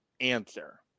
answer